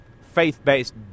faith-based